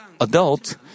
adult